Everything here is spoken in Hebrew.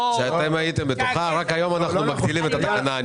רק היום אנחנו מפעילים את התקנה.